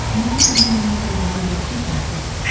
maybe even more than the one your toothpaste goes in.